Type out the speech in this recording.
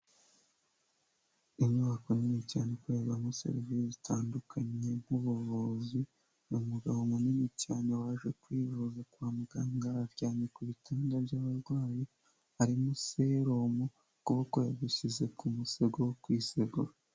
Inyubako nini cyane kuberazamo serivisi zitandukanye, nk'ubuvuzi, hari umugabo munini cyane waje kwivuza kwa muganga, aryamye ku bitanda by'abarwayi arimo serumu, ukuboko yagushyize ku musego wo kwisegura.